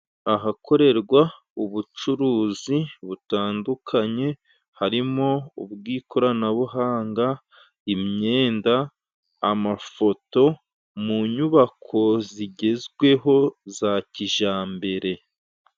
Ahakorerwa ubucuruzi butandukanye harimo ubw'ikoranabuhanga, imyenda amafoto mu nyubako zigezweho za kijyambere.